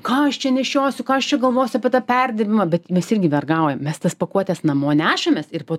ką aš čia nešiosiu ką aš čia galvosiu apie tą perdirbimą bet mes irgi vergaujam mes tas pakuotes namo nešamės ir po